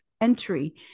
entry